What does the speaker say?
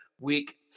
Week